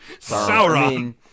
Sauron